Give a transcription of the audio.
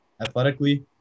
athletically